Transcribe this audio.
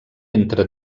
entre